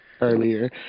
earlier